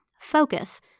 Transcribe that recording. Focus